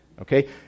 okay